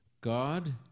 God